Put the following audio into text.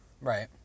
Right